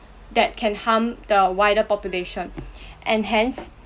that can harm the wider population and hence